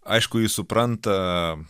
aišku jis supranta